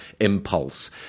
impulse